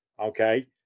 okay